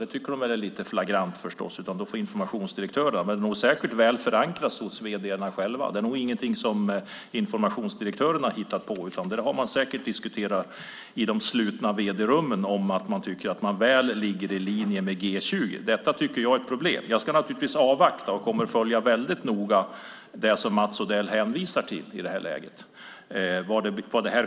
Det tycker de är lite flagrant, utan informationsdirektörerna får gå ut, men det är säkert väl förankrat hos vd:arna själva. Det är ingenting som informationsdirektörerna har hittat på. Det har säkert diskuterats i de slutna vd-rummen att man tycker att man ligger väl i linje med G20-beslutet. Detta tycker jag är ett problem. Jag ska naturligtvis avvakta och kommer att följa väldigt noga det som Mats Odell hänvisar till.